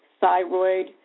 thyroid